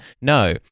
No